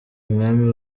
umwami